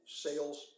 sales